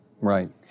Right